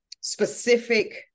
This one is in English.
specific